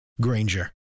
Granger